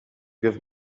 give